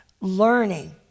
learning